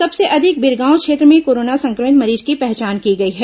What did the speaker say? सबसे अधिक बीरगांव क्षेत्र में कोरोना संक्रमित मरीज की पहचान की गई है